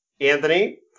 Anthony